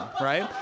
right